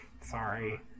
sorry